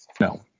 No